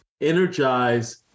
energize